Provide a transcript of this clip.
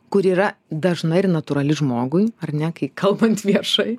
kuri yra dažna ir natūrali žmogui ar ne kai kalbant viešai